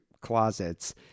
closets